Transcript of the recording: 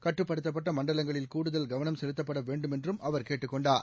கட்டுப்படுத்தப்பட்ட மண்டலங்களில் கூடுதல் கவனம் செலுத்தப்பட வேண்டுமென்றும் அவர் கேட்டுக் கொண்டார்